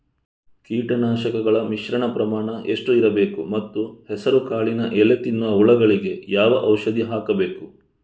ಕೀಟನಾಶಕಗಳ ಮಿಶ್ರಣ ಪ್ರಮಾಣ ಎಷ್ಟು ಇರಬೇಕು ಮತ್ತು ಹೆಸರುಕಾಳಿನ ಎಲೆ ತಿನ್ನುವ ಹುಳಗಳಿಗೆ ಯಾವ ಔಷಧಿ ಹಾಕಬೇಕು?